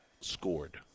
scored